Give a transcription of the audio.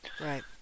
Right